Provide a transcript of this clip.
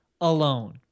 alone